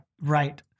right